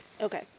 Okay